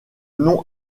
nom